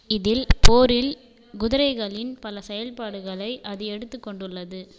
இதில் போரில் குதிரைகளின் பல செயல்பாடுகளை அது எடுத்து கொண்டுள்ளது